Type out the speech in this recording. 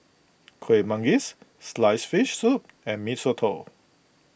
Kueh Manggis Sliced Fish Soup and Mee Soto